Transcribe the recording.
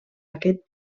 aquest